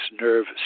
Nerve